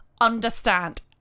understand